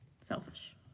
Selfish